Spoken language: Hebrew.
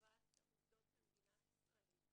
לטובת העובדות במדינת ישראל.